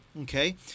Okay